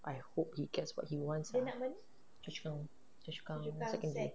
I hope he gets what he wants ah choa chu kang choa chu kang secondary